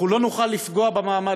אנחנו לא נוכל לפגוע במעמד,